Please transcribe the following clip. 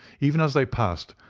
even as they passed,